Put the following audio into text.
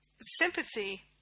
sympathy